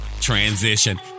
transition